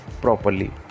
properly